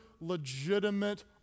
legitimate